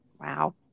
wow